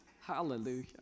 Hallelujah